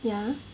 yeah